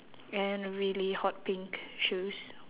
and really hot pink shoes